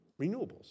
Renewables